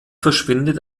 verschwindet